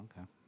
okay